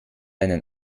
einen